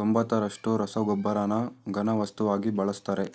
ತೊಂಬತ್ತರಷ್ಟು ರಸಗೊಬ್ಬರನ ಘನವಸ್ತುವಾಗಿ ಬಳಸ್ತರೆ